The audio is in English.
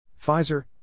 Pfizer